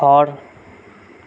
ঘৰ